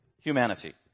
humanity